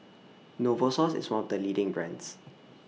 Novosource IS one of The leading brands